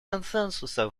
консенсуса